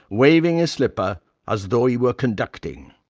waving his slipper as though he were conducting.